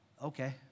okay